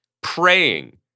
praying